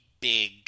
big